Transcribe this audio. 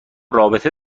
رابطه